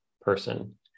person